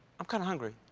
i'm kind of hungry.